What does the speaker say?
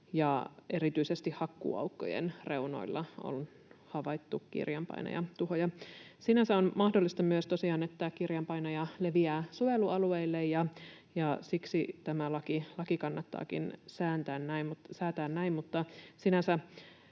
erityisesti hakkuuaukkojen reunoilla on havaittu kirjanpainajatuhoja. Sinänsä on mahdollista myös tosiaan, että kirjanpainaja leviää suojelualueille, ja siksi tämä laki kannattaakin säätää näin,